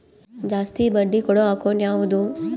ಜಾಸ್ತಿ ಬಡ್ಡಿ ಕೊಡೋ ಅಕೌಂಟ್ ಯಾವುದು?